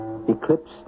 eclipsed